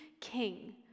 King